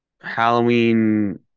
Halloween